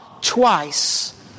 twice